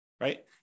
right